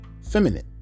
feminine